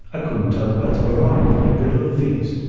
i couldn't tell the belt of orion from the girdle of venus.